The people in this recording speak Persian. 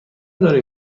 داری